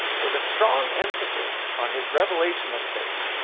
with the strong emphasis on his revelation of faith,